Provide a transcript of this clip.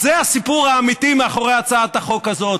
אז זה הסיפור האמיתי מאחורי הצעת החוק הזאת,